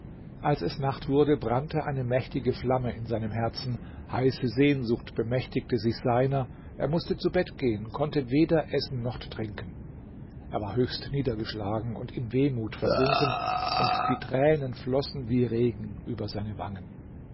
als es nacht wurde brannte eine mächtige flamme in seinem herzen heiße sehnsucht bemächtigte sich seiner er mußte zu bett gehen konnte weder essen noch trinken er war höchst niedergeschlagen und in wehmut versunken und die tränen flossen wie regen über seine wangen